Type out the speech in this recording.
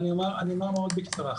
אז אני אומר מאוד בקצרה.